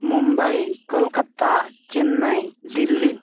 Mumbai Kolkata Chennai Delhi